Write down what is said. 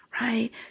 right